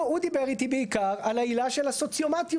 הוא דיבר איתי בעיקר על העילה של הסוציומטיות,